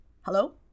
Hello